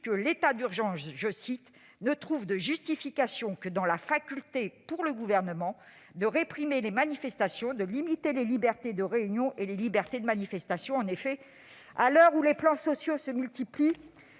:« L'état d'urgence ne trouve de justification que dans la faculté pour le Gouvernement de réprimer les manifestations, de limiter les libertés de réunion et les libertés de manifestation. » En effet, à l'heure où les plans sociaux se multiplient,